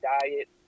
diet